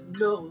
no